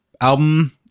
album